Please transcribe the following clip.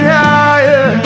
higher